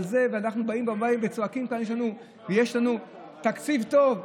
על זה אנחנו באים וצועקים כאן: יש לנו תקציב טוב?